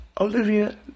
Olivia